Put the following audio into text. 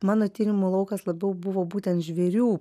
mano tyrimų laukas labiau buvo būtent žvėrių